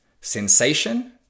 sensation